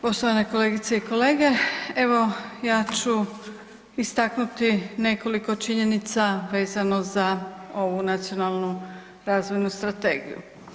Poštovane kolegice i kolege evo ja ću istaknuti nekoliko činjenica vezano za ovu nacionalnu razvojnu strategiju.